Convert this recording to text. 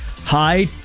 hi